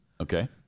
Okay